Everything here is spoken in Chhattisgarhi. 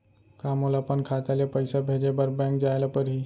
का मोला अपन खाता ले पइसा भेजे बर बैंक जाय ल परही?